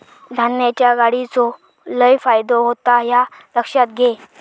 धान्याच्या गाडीचो लय फायदो होता ह्या लक्षात घे